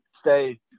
stay